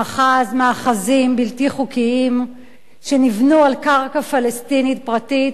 מאחזים בלתי חוקיים שנבנו על קרקע פלסטינית פרטית,